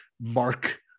mark